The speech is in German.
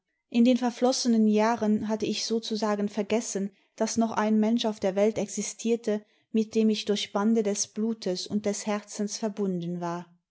in den verflossenen jahren hatte ich sozusagen vergessen daß noch ein mensch auf der welt existierte mit dem ich durch bande des blutes und des herzens verbunden war